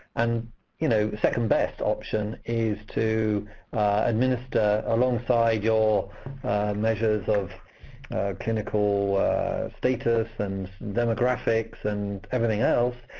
and you know second-best option is to administer alongside your measures of clinical status, and demographics, and everything else,